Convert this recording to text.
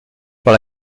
par